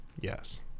Yes